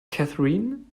catherine